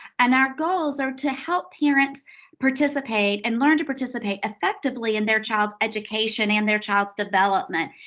and our goals are to help parents participate and learn to participate effectively in their child's education and their child's development.